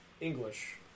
English